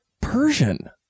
persian